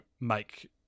make